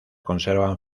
conservan